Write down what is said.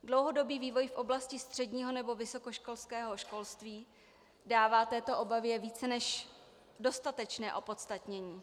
Dlouhodobý vývoj v oblasti středního nebo vysokoškolského školství dává této obavě více než dostatečné opodstatnění.